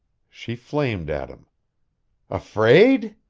she flamed at him afraid?